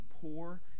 poor